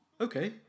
okay